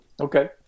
Okay